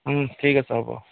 ঠিক আছে হ'ব